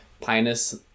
Pinus